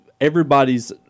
everybody's